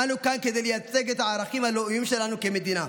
אנו כאן כדי לייצג את הערכים הלאומיים שלנו כמדינה,